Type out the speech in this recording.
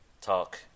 talk